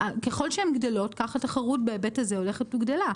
ככל שהן גדלות, כך התחרות בהיבט הזה הולכת וגדלה.